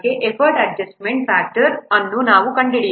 effort adjustment ಫ್ಯಾಕ್ಟರ್ವನ್ನು ನಾವು ಕಂಡುಹಿಡಿಯಬಹುದು